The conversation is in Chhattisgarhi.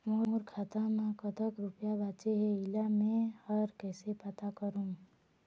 मोर खाता म कतक रुपया बांचे हे, इला मैं हर कैसे पता करों?